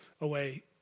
away